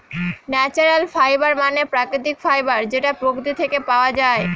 natural fibre মানে প্রাকৃতিক fibre যেটা প্রকৃতি থেকে পাওয়া যায়